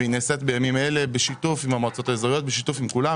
והיא נעשית בימים אלה בשיתוף עם המועצות האזוריות ובשיתוף עם כולם.